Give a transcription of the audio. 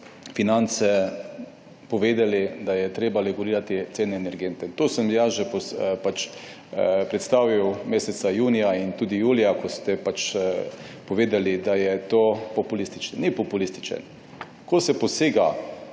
finance povedali, da je treba regulirati cene energentov. To sem jaz predstavil že junija in julija, ko ste rekli, da je to populistično. Ni populistično, ko se posega